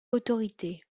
autorité